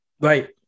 Right